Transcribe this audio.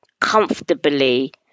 comfortably